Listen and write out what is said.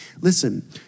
Listen